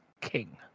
king